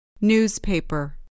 Newspaper